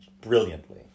brilliantly